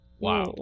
wow